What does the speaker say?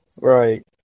Right